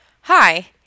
Hi